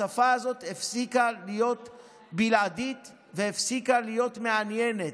השפה הזאת הפסיקה להיות בלעדית והפסיקה להיות מעניינת.